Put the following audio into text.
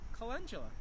Calendula